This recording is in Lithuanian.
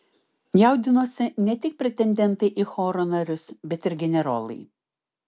jaudinosi ne tik pretendentai į choro narius bet ir generolai